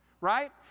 right